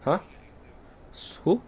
!huh! who